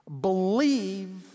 believe